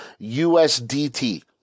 USDT